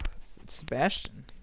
Sebastian